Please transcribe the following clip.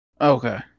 Okay